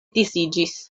disiĝis